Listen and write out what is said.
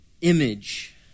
image